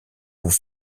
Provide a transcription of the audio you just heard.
vous